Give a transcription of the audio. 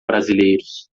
brasileiros